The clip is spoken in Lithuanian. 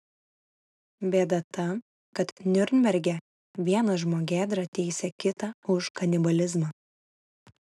bėda ta kad niurnberge vienas žmogėdra teisė kitą už kanibalizmą